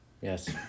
Yes